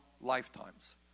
lifetimes